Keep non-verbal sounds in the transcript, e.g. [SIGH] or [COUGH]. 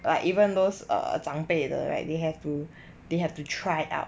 like even those err 长辈的 right they have to [BREATH] they have to try out